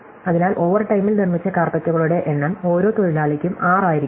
അതിനാൽ ഓവർടൈമിൽ നിർമ്മിച്ച കാര്പെട്റ്റുകളുടെ എണ്ണം ഓരോ തൊഴിലാളിക്കും 6 ആയിരിക്കാം